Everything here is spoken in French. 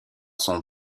son